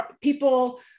people